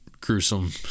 gruesome